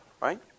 right